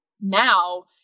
now